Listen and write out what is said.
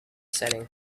setting